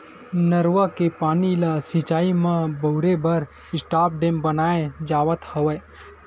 नरूवा के पानी ल सिचई म बउरे बर स्टॉप डेम बनाए जावत हवय